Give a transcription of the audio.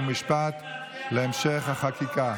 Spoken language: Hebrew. חוק ומשפט להמשך החקיקה.